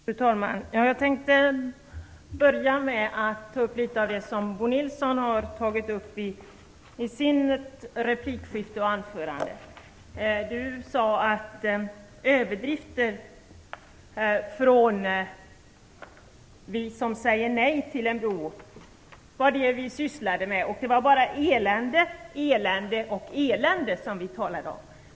Fru talman! Jag tänkte börja med att kommentera litet av det som Bo Nilsson tagit upp i sina repliker och i sitt anförande. Bo Nilsson sade att vi som säger nej till en bro sysslar med överdrifter. Enligt honom är det bara elände, elände och åter elände som vi talar om.